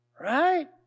Right